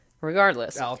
Regardless